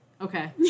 Okay